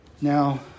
Now